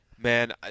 Man